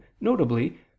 notably